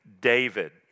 David